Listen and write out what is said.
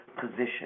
Position